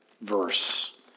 verse